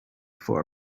for